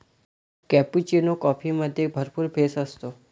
cappuccino कॉफीमध्ये भरपूर फेस असतो